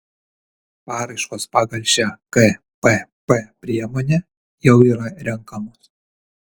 paraiškos pagal šią kpp priemonę jau yra renkamos